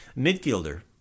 Midfielder